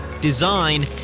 design